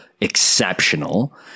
exceptional